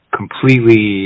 completely